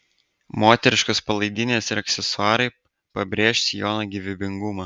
moteriškos palaidinės ir aksesuarai pabrėš sijono gyvybingumą